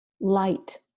light